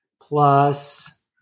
plus